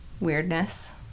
Weirdness